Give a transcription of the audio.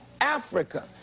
Africa